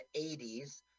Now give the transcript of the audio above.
80s